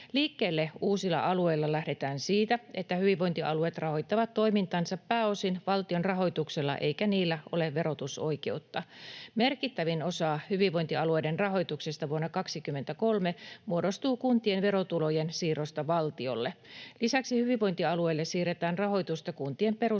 Liikkeelle uusilla alueilla lähdetään siitä, että hyvinvointialueet rahoittavat toimintansa pääosin valtion rahoituksella eikä niillä ole verotusoikeutta. Merkittävin osa hyvinvointialueiden rahoituksesta vuonna 23 muodostuu kuntien verotulojen siirrosta valtiolle. Lisäksi hyvinvointialueille siirretään rahoitusta kuntien peruspalvelujen